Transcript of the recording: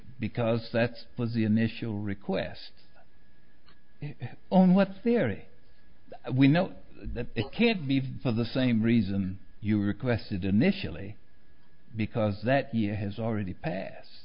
because that was the initial request on what's theory we know that it can't be for the same reason you requested initially because that year has already pass